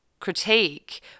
critique